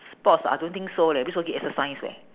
sports ah I don't think so leh brisk walking exercise leh